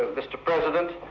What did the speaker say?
ah mr president,